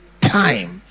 time